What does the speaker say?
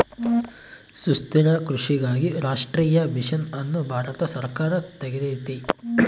ಸುಸ್ಥಿರ ಕೃಷಿಗಾಗಿ ರಾಷ್ಟ್ರೀಯ ಮಿಷನ್ ಅನ್ನು ಭಾರತ ಸರ್ಕಾರ ತೆಗ್ದೈತೀ